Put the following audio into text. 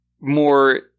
more